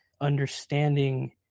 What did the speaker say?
understanding